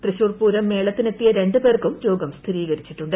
തൃശ്ശൂർ പൂരം മേളത്തിനെത്തിയ രണ്ട് പേർക്കും രോഗം സ്ഥിരീകരിച്ചിട്ടുണ്ട്